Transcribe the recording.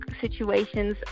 situations